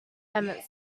emmett